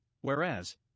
whereas